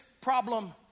problem